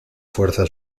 fuerza